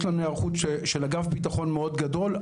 לנו היערכות של אגף ביטחון מאוד גדול,